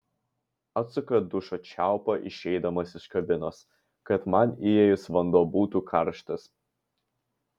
atsuka dušo čiaupą išeidamas iš kabinos kad man įėjus vanduo būtų karštas